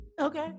Okay